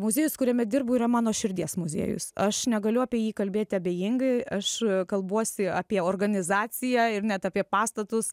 muziejus kuriame dirbu yra mano širdies muziejus aš negaliu apie jį kalbėti abejingai aš kalbuosi apie organizaciją ir net apie pastatus